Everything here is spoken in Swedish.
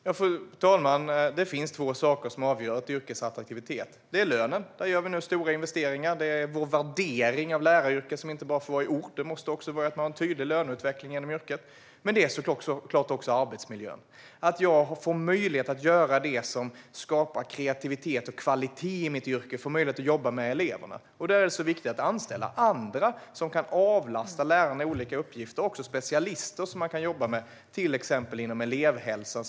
Fru talman! Det finns två saker som avgör ett yrkes attraktivitet. Det är lönen - där gör vi nu stora investeringar. Vår värdering av läraryrket får inte bara uttryckas i ord; det måste också vara en tydlig löneutveckling inom yrket. Men det är såklart också arbetsmiljön: att man får möjlighet att göra det som skapar kreativitet och kvalitet i ens yrke och får möjlighet att jobba med eleverna. Då är det viktigt att anställa andra, som kan avlasta lärarna med olika uppgifter, och även specialister, som man kan jobba med till exempel inom elevhälsan.